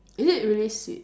is it really sweet